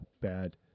Bad